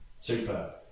super